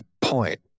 point